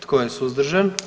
Tko je suzdržan?